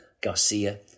Garcia